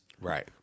Right